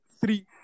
three